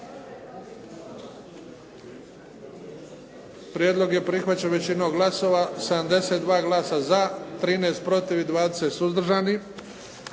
Prijedlog je prihvaćen većinom glasova, 72 glasa za, 13 protiv i 20 suzdržanih.